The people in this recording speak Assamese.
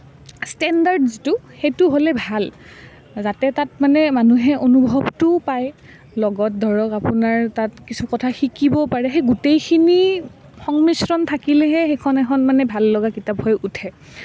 ষ্টেণ্ডাৰ্ড যিটো সেইটো হ'লে ভাল যাতে তাত মানে মানুহে অনুভৱটোও পায় লগত ধৰক আপোনাৰ তাত কিছু কথা শিকিবও পাৰে সেই গোটেইখিনি সংমিশ্ৰণ থাকিলেহে সেইখন এখন মানে ভাল লগা কিতাপ হৈ উঠে